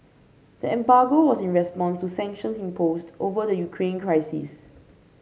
the embargo was in response to sanctions imposed over the Ukraine crisis